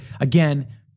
again